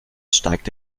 steigt